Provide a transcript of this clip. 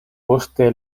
poste